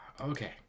Okay